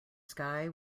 sky